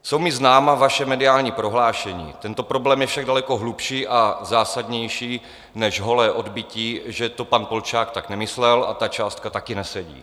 Jsou mi známa vaše mediální prohlášení, tento problém je však daleko hlubší a zásadnější než holé odbytí, že to pan Polčák tak nemyslel a ta částka taky nesedí.